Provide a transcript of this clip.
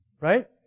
Right